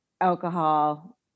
alcohol